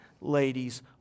ladies